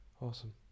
Awesome